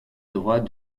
droit